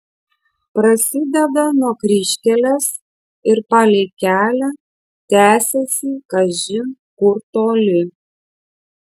prasideda nuo kryžkelės ir palei kelią tęsiasi kažin kur toli